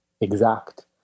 exact